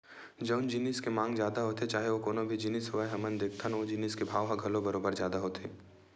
जउन जिनिस के मांग जादा होथे चाहे ओ कोनो भी जिनिस होवय हमन देखथन ओ जिनिस के भाव ह घलो बरोबर जादा होथे